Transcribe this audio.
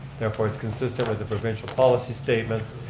therefore, it's consistent with the provincial policy statements,